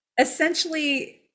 essentially